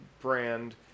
brand